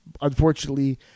unfortunately